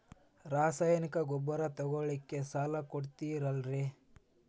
ರಾಸಾಯನಿಕ ಗೊಬ್ಬರ ತಗೊಳ್ಳಿಕ್ಕೆ ಸಾಲ ಕೊಡ್ತೇರಲ್ರೇ?